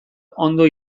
ondo